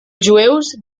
jueus